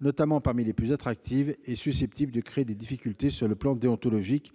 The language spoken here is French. notamment parmi les plus attractives et susceptibles de créer des difficultés au plan déontologique ».